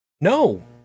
No